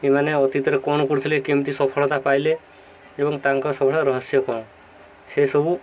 ସେମାନେ ଅତୀତରେ କ'ଣ କରୁଥିଲେ କେମିତି ସଫଳତା ପାଇଲେ ଏବଂ ତାଙ୍କ ସବୁଗୁଡ଼ା ରହସ୍ୟ କ'ଣ ସେସବୁ